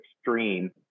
extreme